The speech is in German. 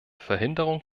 verhinderung